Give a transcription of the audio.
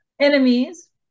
enemies